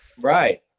Right